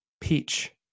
peach